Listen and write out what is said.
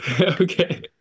Okay